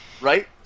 Right